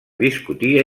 discutir